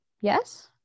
Yes